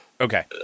Okay